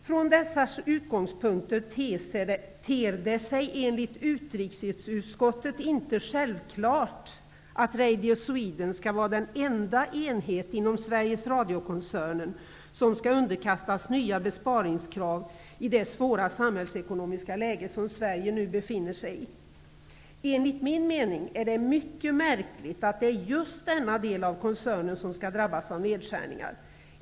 Från dessa utgångspunkter ter det sig enligt utrikesutskottet ''inte självklart, att Radio Sweden skall vara den enda enhet inom Sveriges Radiokoncernen som skall underkastas nya besparingskrav i det svåra samhällsekonomiska läge som Sverige nu befinner sig i''. Enligt min mening är det mycket märkligt att det är just denna del av koncernen som skall drabbas av nedskärningar.